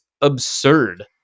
absurd